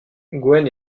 gwen